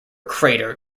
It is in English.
crater